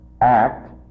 act